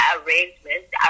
arrangement